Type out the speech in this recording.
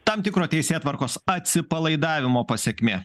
tam tikro teisėtvarkos atsipalaidavimo pasekmė